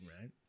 Right